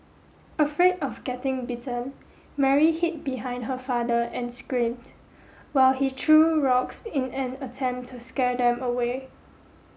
afraid of getting bitten Mary hid behind her father and screamed while he threw rocks in an attempt to scare them away